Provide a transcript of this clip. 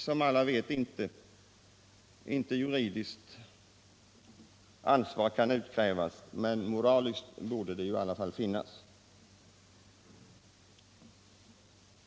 Som alla vet, kan inte ett juridiskt ansvar utkrävas, men ett moraliskt borde ju i alla fall finnas.